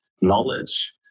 knowledge